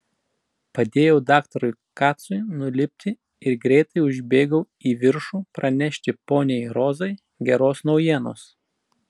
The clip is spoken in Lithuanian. padėjau daktarui kacui nulipti ir greitai užbėgau į viršų pranešti poniai rozai geros naujienos